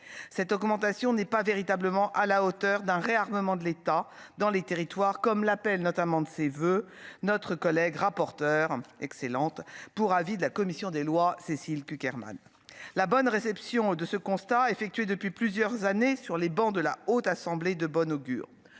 cette augmentation n'est pas véritablement à la hauteur d'un réarmement de l'État dans les territoires comme l'appel notamment de ses voeux, notre collègue rapporteur excellente pour avis de la commission des lois, Cécile Cukierman la bonne réception de ce constat effectué depuis plusieurs années sur les bancs de la Haute Assemblée de bonne augure